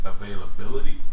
availability